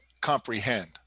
comprehend